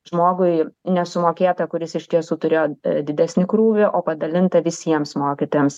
žmogui nesumokėta kuris iš tiesų turėjo didesnį krūvį o padalinta visiems mokytojams